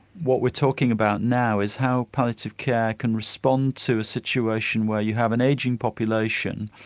what we're talking about now is how palliative care can respond to a situation where you have an ageing population,